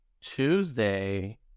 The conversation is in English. Tuesday